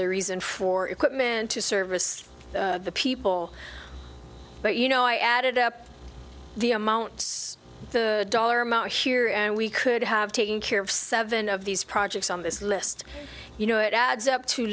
their reason for equipment to service the people but you know i added up the amounts the dollar amount here and we could have taken care of seven of these projects on this list you know it adds up to